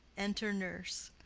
enter nurse.